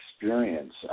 experience